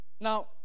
Now